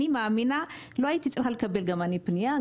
אני מאמינה שלא הייתי צריכה לקבל גם אני פנייה.